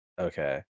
Okay